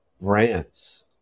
brands